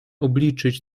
obliczyć